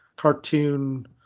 cartoon